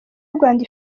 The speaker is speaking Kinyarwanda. rwanda